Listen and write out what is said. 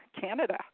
Canada